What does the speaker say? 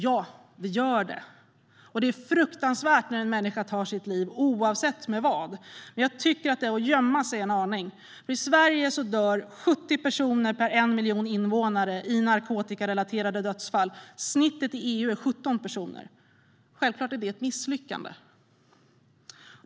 Ja, det gör de. Det är fruktansvärt när en människa tar sitt liv oavsett på vilket sätt det sker. Men jag tycker att detta är att gömma sig en aning. I Sverige är 70 dödsfall per 1 miljon invånare narkotikarelaterade. Snittet i EU är 17 dödsfall. Självklart är det ett misslyckande.